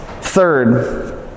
Third